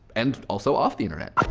and also off the internet.